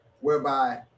whereby